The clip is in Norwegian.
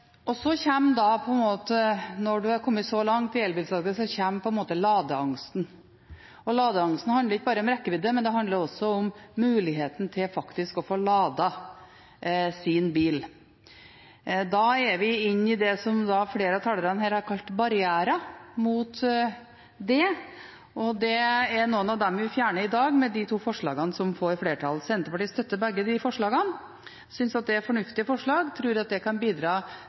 Når man har kommet så langt i elbilsalget, kommer på en måte ladeangsten. Ladeangsten handler ikke bare om rekkevidde, men også om muligheten til faktisk å få ladet sin bil. Da er vi inne på det som flere av talerne her har kalt barrierer mot det, og det er noen av dem vi fjerner i dag med de to forslagene som får flertall. Senterpartiet støtter begge de forslagene, vi synes det er fornuftige forslag og tror at det kan bidra